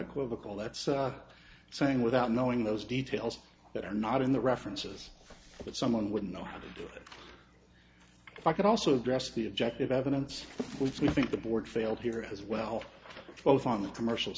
quizzical that's saying without knowing those details that are not in the references that someone would know if i could also dress the objective evidence which you think the board failed here as well both on the commercial